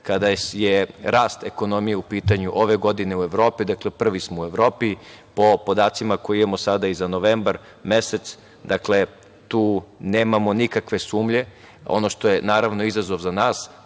kada je rast ekonomije u pitanju ove godine u Evropi. Dakle, prvi smo u Evropi po podacima koje imamo sada i za novembar mesec. Dakle, tu nemamo nikakve sumnje. Ono što je izazov za nas,